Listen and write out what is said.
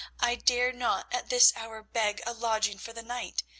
i dare not at this hour beg a lodging for the night.